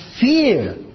fear